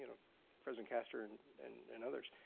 you know president castor and and and others.